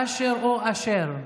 אשר, במלעיל, או אשר,